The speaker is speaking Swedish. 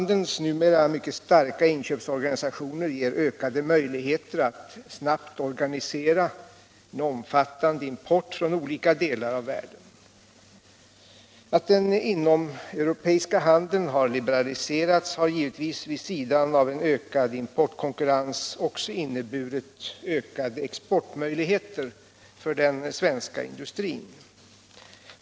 Dess numera mycket starka inköpsorganisationer ger ökade möjligheter att snabbt organisera omfattande import från olika delar av världen. Att den inomeuropeiska handeln har liberaliserats har givetvis vid sidan av en ökad importkonkurrens även inneburit vidgade exportmöjligheter för den svenska industrin.